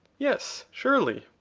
yes, surely.